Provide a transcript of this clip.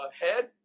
head